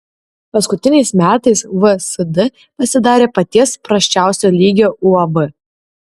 paskutiniais metais vsd pasidarė paties prasčiausio lygio uab